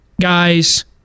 guys